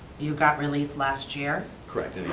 you got released last year. correct, in a